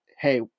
hey